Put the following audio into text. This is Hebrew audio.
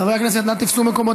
חברי הכנסת, נא תפסו מקומותיכם.